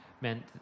meant